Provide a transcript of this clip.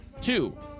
Two